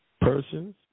Persons